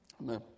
Amen